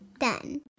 done